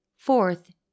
Fourth